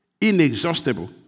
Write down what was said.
inexhaustible